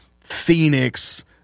Phoenix